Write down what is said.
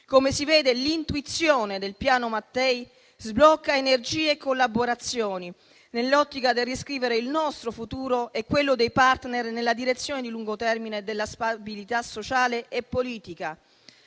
Come si vede, l'intuizione del Piano Mattei sblocca energie e collaborazioni nell'ottica di riscrivere il nostro futuro e quello dei partner nella direzione di lungo termine della stabilità sociale e politica,